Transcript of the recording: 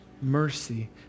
mercy